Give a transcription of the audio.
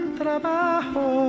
trabajo